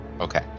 Okay